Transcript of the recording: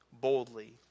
boldly